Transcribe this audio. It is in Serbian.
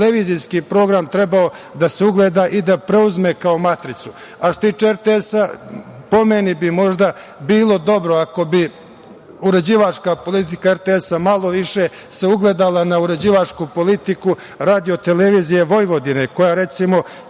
televizijski program trebao da se ugleda i da preuzme kao matricu. Što se tiče RTS, po meni bi možda bilo, dobro ako bi uređivačka politika RTS malo više se ugledala na uređivačku politiku Rado televizije Vojvodine, koja je